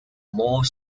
more